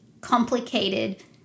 complicated